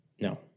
No